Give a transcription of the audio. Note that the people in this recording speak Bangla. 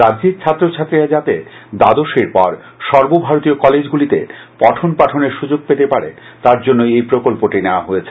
রাজ্যের ছাত্রছাত্রীরা যাতে সর্বভারতীয় কলেজগুলিতে পঠনপাঠনের সুযোগ পেতে পারে তার জন্যই এই প্রকল্পটি নেওয়া হয়েছে